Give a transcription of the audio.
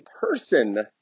person